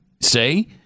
say